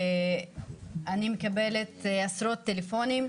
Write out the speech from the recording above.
אני מקבלת עשרות טלפונים,